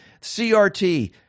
CRT